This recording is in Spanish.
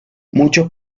muchos